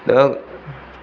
दा